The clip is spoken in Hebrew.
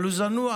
אבל הוא זנוח.